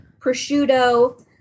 prosciutto